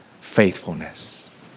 faithfulness